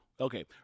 Okay